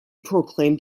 proclaimed